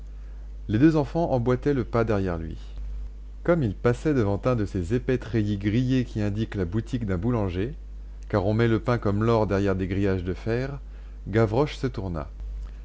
les deux enfants emboîtaient le pas derrière lui comme ils passaient devant un de ces épais treillis grillés qui indiquent la boutique d'un boulanger car on met le pain comme l'or derrière des grillages de fer gavroche se tourna